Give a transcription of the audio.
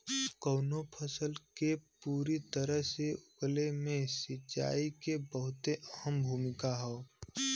कउनो फसल के पूरी तरीके से उगले मे सिंचाई के बहुते अहम भूमिका हौ